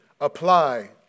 apply